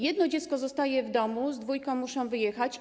Jedno dziecko zostaje w domu, z dwójką muszą wyjechać.